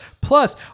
Plus